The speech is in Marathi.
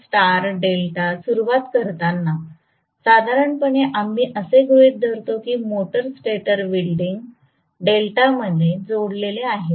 तर स्टार डेल्टा सुरूवात करताना साधारणपणे आम्ही असे गृहित धरतो की मोटर स्टेटर विंडिंग डेल्टामध्ये जोडलेले आहे